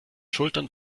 schultern